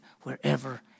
wherever